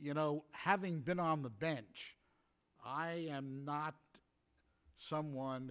you know having been on the bench i am not someone